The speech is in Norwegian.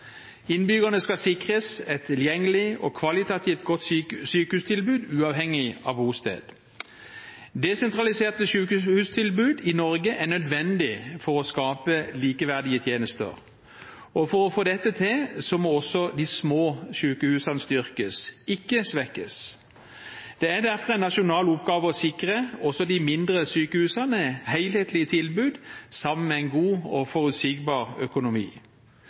Innbyggerne skal sikres et tilgjengelig og kvalitativt godt sykehustilbud uavhengig av bosted. Desentraliserte sykehustilbud i Norge er nødvendig for å skape likeverdige tjenester. For å få dette til må også de små sykehusene styrkes, ikke svekkes. Det er derfor en nasjonal oppgave å sikre også de mindre sykehusene helhetlige tilbud sammen med en god og forutsigbar økonomi.